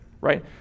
right